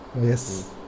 Yes